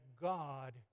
God